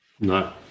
No